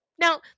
Now